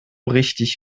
richtig